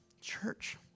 Church